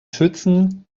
schützen